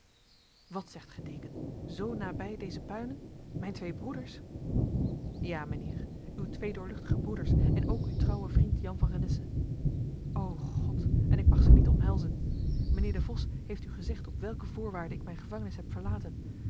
wat zegt gij deken zo nabij deze puinen mijn twee broeders ja mijnheer uw twee doorluchtige broeders en ook uw trouwe vriend jan van renesse o god en ik mag ze niet omhelzen mijnheer de vos heeft u gezegd op welke voorwaarde ik mijn gevangenis heb verlaten